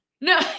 no